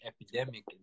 epidemic